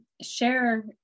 share